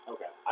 Okay